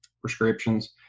prescriptions